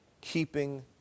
keeping